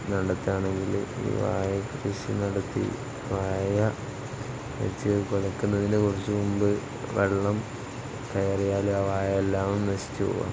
നടത്തുകയാണെങ്കിൽ ഈ വാഴ കൃഷി നടത്തി വാഴ വെച്ച് കൊടുക്കുന്നതിന് കുറച്ച് മുമ്പ് വെള്ളം കയറിയാൽ ആ വാഴ എല്ലാം നശിച്ച് പോകുക